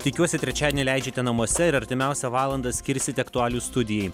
tikiuosi trečiadienį leidžiate namuose ir artimiausią valandą skirsite aktualijų studijai